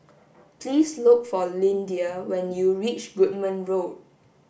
please look for Lyndia when you reach Goodman Road